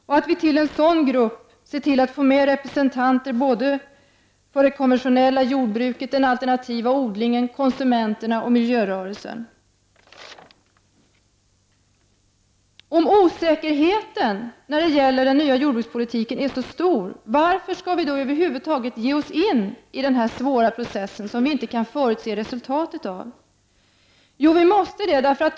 Vi bör se till att vi i den gruppen får representanter för det konventionella jordbruket, den alternativa odlingen, konsumenterna och miljörörelsen. Om osäkerheten i den nya jordbrukspolitiken är så stor, varför skall vi då över huvud taget ge oss in i en svår process där vi inte kan förutse resultaten? Jo, vi måste det.